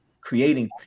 creating